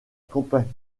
compagnie